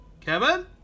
Kevin